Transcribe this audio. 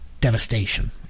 devastation